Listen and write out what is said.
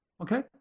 Okay